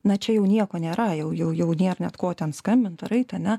na čia jau nieko nėra jau jau nėr ko ten skambint ar eit ane